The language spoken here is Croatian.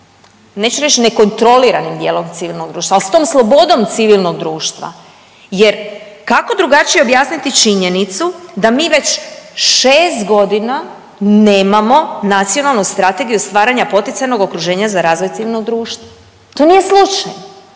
neću reći nekontroliranim dijelom civilnog društva, ali s tom slobodom civilnog društva jer kako drugačije objasniti činjenicu da mi već 6 godina nemamo nacionalnu strategiju stvaranja poticajnog okruženja za razvoj civilnog društva. To nije slučaj.